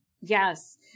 Yes